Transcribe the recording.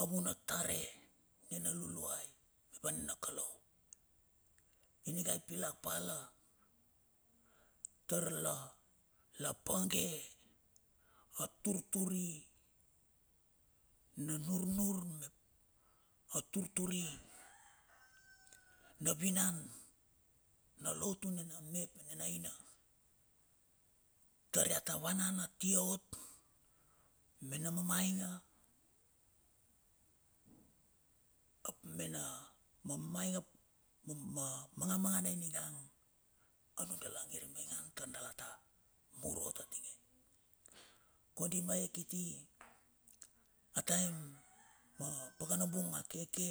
Avuna tare nina luluai ap nina kalau ninga ipilak pa la tar la page aturturi na nurnur, aturturi na vinan, na lotu nina me ap aina tar ia ta vanan atia ot mena mamainga ap mena mamaginga ap ma mangamangana ningan anun dala angir imaingun tar dala ta mur ot atinge kondi ma he kiti ataim ma pakanabung akeke